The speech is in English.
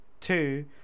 two